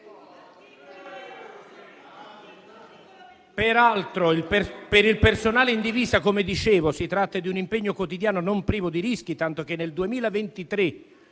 Peraltro, per il personale in divisa - come dicevo - si tratta di un impegno quotidiano non privo di rischi, tanto che nel 2023,